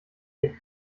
den